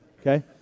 Okay